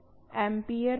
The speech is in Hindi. ampere our